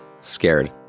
scared